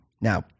Now